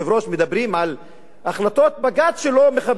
מדברים על החלטות בג"ץ שלא מכבדים,